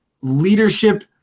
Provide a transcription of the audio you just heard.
Leadership